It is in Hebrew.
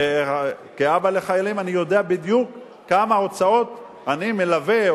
וכאבא לחיילים אני יודע בדיוק בכמה הוצאות אני מלווה,